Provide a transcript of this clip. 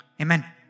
Amen